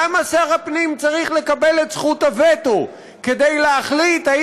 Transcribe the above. למה שר הפנים צריך לקבל את זכות הווטו כדי להחליט אם